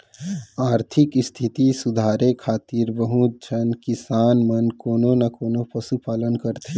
आरथिक इस्थिति सुधारे खातिर बहुत झन किसान मन कोनो न कोनों पसु पालन करथे